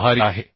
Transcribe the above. आभारी आहे